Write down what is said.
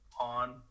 on